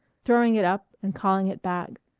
throwing it up and calling it back,